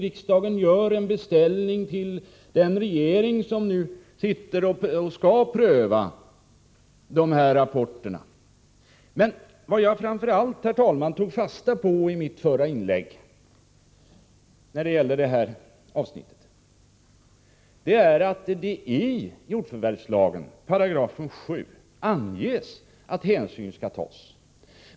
Riksdagen gör en beställning till den regering som nu sitter och som skall pröva de här rapporterna. Men, herr talman, vad jag framför allt tog fasta på i detta avsnitt i mitt förra inlägg var att det i jordförvärvslagen, 7§, anges att hänsyn skall tas.